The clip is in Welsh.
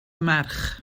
merch